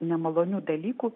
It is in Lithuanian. nemalonių dalykų